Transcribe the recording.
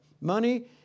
Money